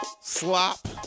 Slop